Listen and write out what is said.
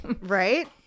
Right